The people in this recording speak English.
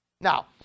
Now